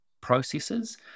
processes